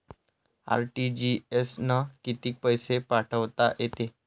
RTGS न कितीक पैसे पाठवता येते?